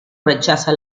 rechaza